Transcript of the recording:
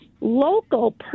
local